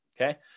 okay